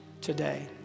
today